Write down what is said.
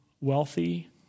wealthy